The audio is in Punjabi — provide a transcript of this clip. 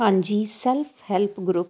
ਹਾਂਜੀ ਸੈਲਫ ਹੈਲਪ ਗਰੁੱਪ